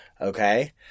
okay